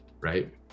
right